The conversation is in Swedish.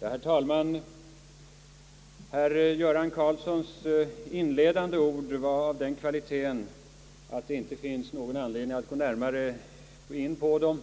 Herr talman! Herr Göran Karlssons inledande ord var av den kvaliteten att det inte finns någon anledning att närmare gå in på dem.